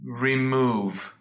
remove